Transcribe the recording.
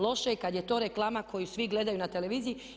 Loše je kad je to reklama koju svi gledaju na televiziji.